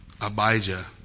abijah